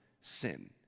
sin